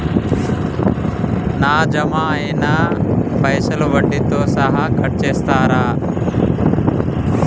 నా జమ అయినా పైసల్ వడ్డీతో సహా కట్ చేస్తరా?